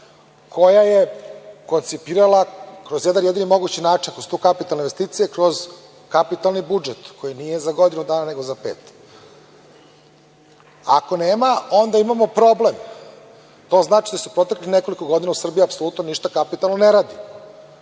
koje je koncipirala kroz jedan jedini mogući način ako su to kapitalne investicije kroz kapitalni budžet koji nije za godinu dana nego za pet. Ako nema onda imamo problem, to znači da su proteklih nekoliko godina u Srbiji apsolutno ništa kapitalno ne radi,